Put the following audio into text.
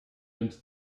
into